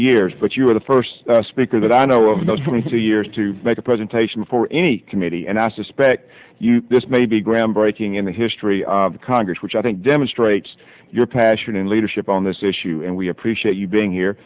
years but you were the first speaker that i know of those twenty two years to make a presentation for any committee and i suspect this may be groundbreaking in the history of the congress which i think demonstrates your passion and leadership on this issue and we appreciate you being here